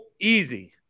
easy